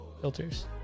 filters